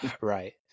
Right